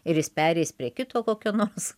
ir jis pereis prie kito kokio nors